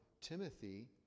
Timothy